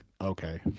Okay